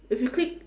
if you click